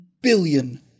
billion